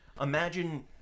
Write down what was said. imagine